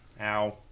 Ow